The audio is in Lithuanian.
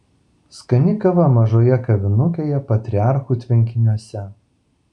skani kava mažoje kavinukėje patriarchų tvenkiniuose